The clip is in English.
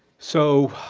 so,